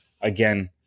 Again